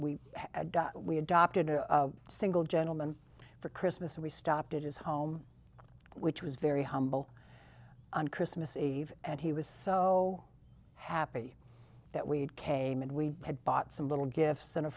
we we adopted a single gentleman for christmas and we stopped at his home which was very humble on christmas eve and he was so happy that we came and we had bought some little gifts and